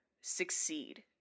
succeed